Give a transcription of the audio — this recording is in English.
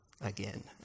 again